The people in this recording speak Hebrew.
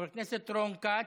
חבר הכנסת רון כץ,